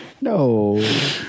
No